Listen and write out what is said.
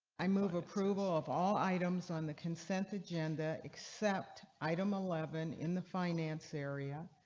i move approval of all items on the consent agenda except item eleven in the finance area